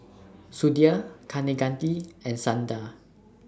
Sudhir Kaneganti and Sundar